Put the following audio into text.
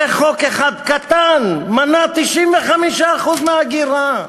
הרי חוק אחד קטן מנע 95% מההגירה.